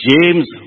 James